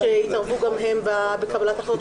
שיתערבו גם הם בקבלת ההחלטות,